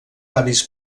avis